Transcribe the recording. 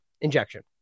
injection